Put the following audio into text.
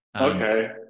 Okay